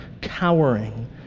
cowering